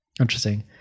Interesting